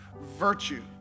virtue